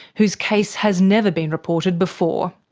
whose case has never been reported before.